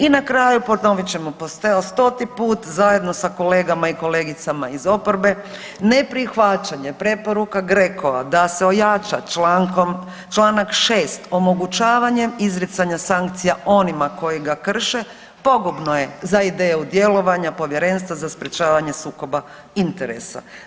I na kraju, ponovit ćemo, evo, stoti put, zajedno sa kolegama i kolegicama iz oporbe, ne prihvaćanje preporuka GRECO-a da se ojača čl. 6 omogućavanjem izricanja sankcija onima koji ga krše, pogubno je za ideje o djelovanja Povjerenstva za sprječavanje sukoba interesa.